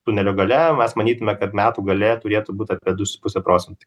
tunelio gale mes manytume kad metų gale turėtų būt apie du su puse procentai